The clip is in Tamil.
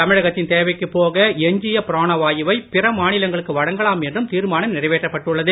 தமிழகத்தின் தேவைக்குப் போக எஞ்சிய பிராணவாயுவை பிற மாநிலங்களுக்கு வழங்கலாம் என்றும் தீர்மானம் நிறைவேற்றப்பட்டுள்ளது